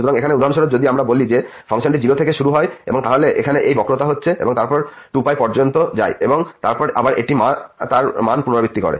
সুতরাং এখানে উদাহরণস্বরূপ যদি আমরা বলি যে এটি 0 থেকে শুরু হয় তাহলে এখানে এই বক্রতা হচ্ছে এবং তারপর এই 2π পর্যন্ত যায় এবং তারপর আবার এটি তার মান পুনরাবৃত্তি করে